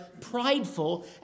prideful